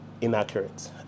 inaccurate